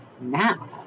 now